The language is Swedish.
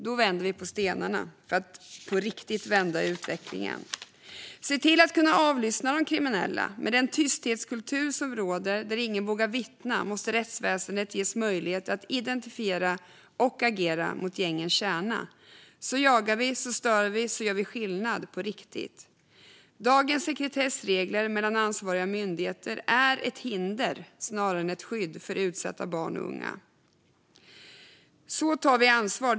Då vänder vi på stenarna för att på riktigt vända utvecklingen. Se till att kunna avlyssna de kriminella. Med den tysthetskultur som råder, där ingen vågar vittna, måste rättsväsendet ges möjlighet att identifiera och agera mot gängens kärna. Så jagar vi, så stör vi och så gör vi skillnad på riktigt. Dagens sekretessregler mellan ansvariga myndigheter är ett hinder snarare än ett skydd för utsatta barn och unga. Så tar vi ansvar.